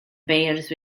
beirdd